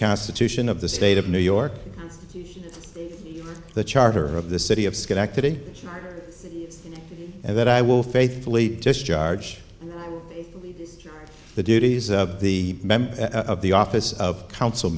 constitution of the state of new york the charter of the city of schenectady and that i will faithfully discharge the duties of the member of the office of council